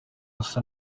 asa